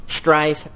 strife